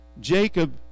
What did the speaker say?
Jacob